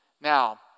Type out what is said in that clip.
Now